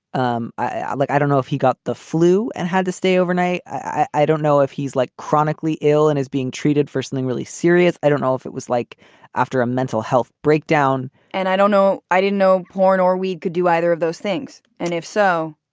um like, i don't know if he got the flu and had to stay overnight. i don't know if he's like chronically ill and is being treated for something really serious. i don't know if it was like after a mental health breakdown and i don't know i didn't know porn or weed could do either of those things. and if so,